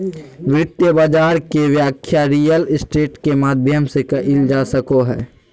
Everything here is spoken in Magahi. वित्तीय बाजार के व्याख्या रियल स्टेट के माध्यम से कईल जा सको हइ